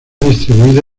distribuida